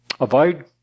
Avoid